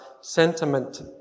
sentiment